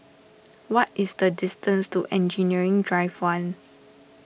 what is the distance to Engineering Drive one